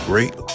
great